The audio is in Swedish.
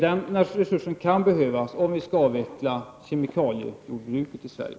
Den resursen kan behövas om vi skall avveckla kemikaliejordbruket i Sverige.